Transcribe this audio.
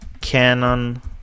Canon